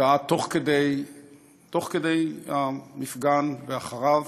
הודעה תוך כדי המפגן ואחריו.